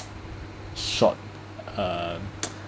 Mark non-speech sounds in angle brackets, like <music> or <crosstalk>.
short uh <noise>